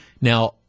Now